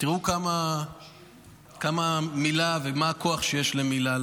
תראו כמה כוח יש למילה.